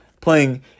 playing